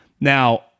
Now